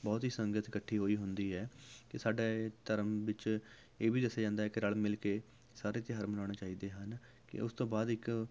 ਬਹੁਤ ਹੀ ਸੰਗਤ ਇਕੱਠੀ ਹੋਈ ਹੁੰਦੀ ਹੈ ਅਤੇ ਸਾਡੇ ਧਰਮ ਵਿੱਚ ਇਹ ਵੀ ਦੱਸਿਆ ਜਾਂਦਾ ਹੈ ਕਿ ਰਲ ਮਿਲ ਕੇ ਸਾਰੇ ਤਿਉਹਾਰ ਮਨਾਉਣੇ ਚਾਹੀਦੇ ਹਨ ਅਤੇ ਉਸ ਤੋਂ ਬਾਅਦ ਇੱਕ